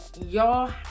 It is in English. y'all